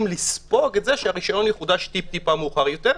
לספוג את זה שהרשיון יחודש טיפה מאוחר יותר.